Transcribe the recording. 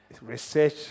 Research